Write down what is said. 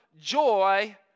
joy